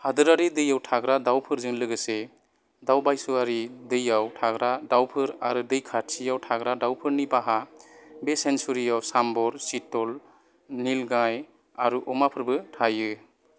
हादोरारि दैआव थाग्रा दावफोरजों लोगोसे दावबायस'यारि दैआव थाग्रा दावफोर आरो दैखाथियाव थाग्रा दावफोरनि बाहा बे सेंनचुरिआव सांभर चीतल नीलगाय आरो अमाफोरबो थायो